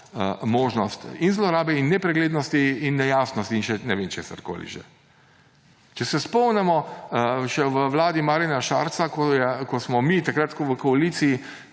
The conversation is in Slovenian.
možnost in zlorabe in nepreglednosti in nejasnosti in ne vem česarkoli še. Če se spomnimo, še v vladi Marjana Šarca, ko smo mi takrat v koaliciji